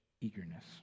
eagerness